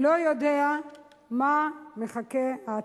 לא יודע מה מחכה בעתיד.